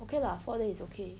okay lah four day is okay